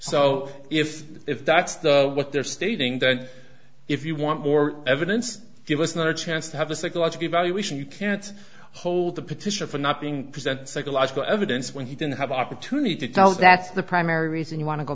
so if if that's the what they're stating that if you want more evidence give us not a chance to have a psychological evaluation you can't hold a petition for not being present psychological evidence when he didn't have the opportunity to tell that's the primary reason you want to go